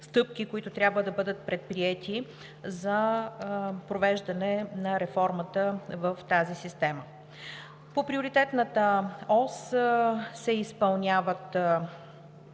които трябва да бъдат предприети за провеждане на реформата в тази система. По нея се изпълняват